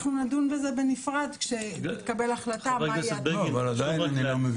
אנחנו נדון בזה בנפרד כשתתקבל החלטה --- אבל עדיין אני לא מבין.